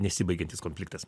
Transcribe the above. nesibaigiantis konpliktas